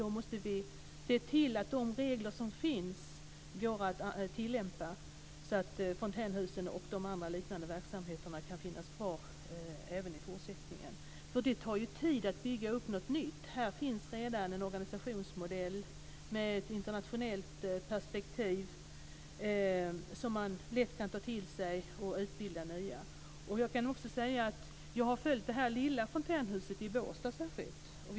Vi måste se till att de regler som finns går att tillämpa så att fontänhus och andra liknande verksamheter kan finnas även i fortsättningen. Det tar ju tid att bygga upp något nytt. Men här finns redan en organisationsmodell med ett internationellt perspektiv som man lätt kan ta till sig, och man kan utbilda nya. Jag har följt särskilt det lilla fontänhuset i Båstad.